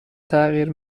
تغییر